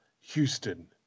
Houston